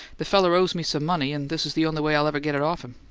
the feller owes me some money, and this is the only way i'd ever get it off him.